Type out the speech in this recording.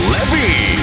Levy